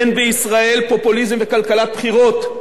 אין בישראל פופוליזם וכלכלת בחירות,